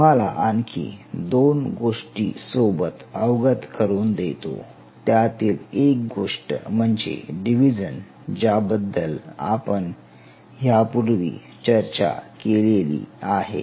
तुम्हाला आणखी दोन गोष्टींसोबत अवगत करून देतो त्यातील एक गोष्ट म्हणजे डिव्हिजन ज्या बद्दल आपण ह्यापूर्वी चर्चा केलेली आहे